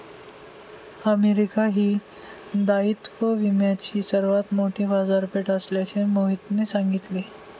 America ही दायित्व विम्याची सर्वात मोठी बाजारपेठ असल्याचे मोहितने सांगितले